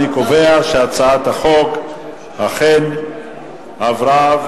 אני קובע שהצעת החוק אכן עברה,